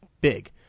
big